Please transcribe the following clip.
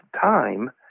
time